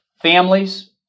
families